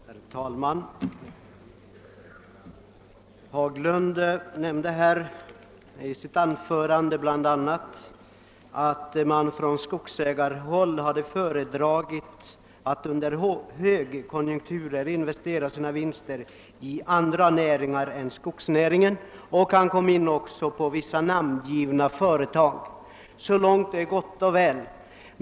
Herr talman! I sitt anförande framhöll herr Haglund bl.a. att man från skogsägarhåll hade föredragit att under högkonjunkturer investera sina vinster i andra näringar än skogsnäringen, och därvid namngav han vissa företag. Om detta är det kanske inte mycket att säga.